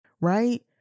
right